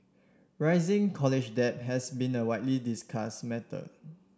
rising college debt has been a widely discuss matter